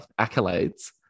accolades